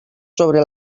sobre